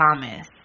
Thomas